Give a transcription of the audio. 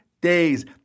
days